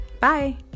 Bye